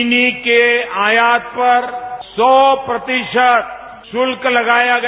चीनी के आयात पर सौ प्रतिशत शुल्क लगाया गया